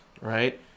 right